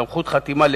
סמכות חתימה,